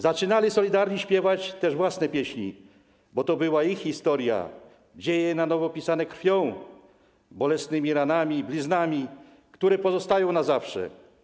Zaczynali solidarni śpiewać też własne pieśni, bo to była ich historia, dzieje na nowo pisane krwią, bolesnymi ranami i bliznami, które pozostają na zawsze.